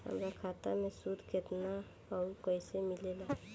हमार खाता मे सूद केतना आउर कैसे मिलेला?